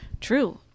true